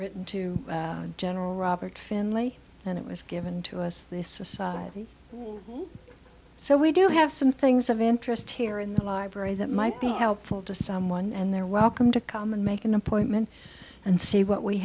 written to general robert finlay and it was given to us this aside so we do have some things of interest here in the library that might be helpful to someone and they're welcome to come and make an appointment and see what we